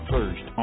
First